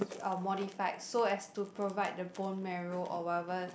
uh modified so as to provide the bone marrow or whatever